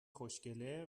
خوشگله